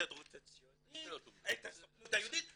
ההסתדרות הציונית, הסוכנות היהודית,